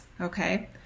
Okay